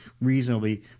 reasonably